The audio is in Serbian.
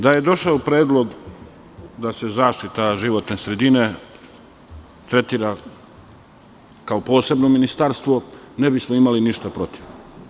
Da je došao predlog da se zaštita životne sredine tretira kao posebno ministarstvo, ne bi smo imali ništa protiv.